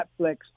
netflix